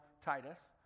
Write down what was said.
Titus